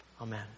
Amen